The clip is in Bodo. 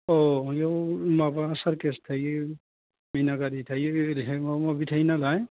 अह बेयाव माबा सार्कास थायो मिना गारि थायो ओरैहाय माबा माबि थायो नालाय